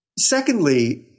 Secondly